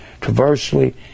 traversely